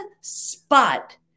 spot